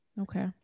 Okay